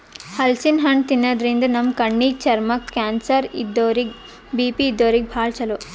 ಹಲಸಿನ್ ಹಣ್ಣ್ ತಿನ್ನಾದ್ರಿನ್ದ ನಮ್ ಕಣ್ಣಿಗ್, ಚರ್ಮಕ್ಕ್, ಕ್ಯಾನ್ಸರ್ ಇದ್ದೋರಿಗ್ ಬಿ.ಪಿ ಇದ್ದೋರಿಗ್ ಭಾಳ್ ಛಲೋ